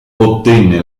ottenne